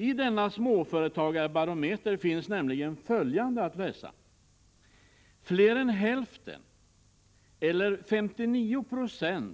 I Småföretagsbarometern finns nämligen följande att läsa: —- Fler än hälften, eller 59 26,